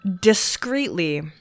discreetly